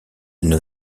une